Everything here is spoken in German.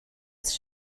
ist